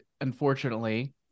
unfortunately